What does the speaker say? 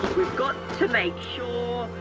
we've got to make sure,